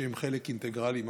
שהם חלק אינטגרלי מהחקירה.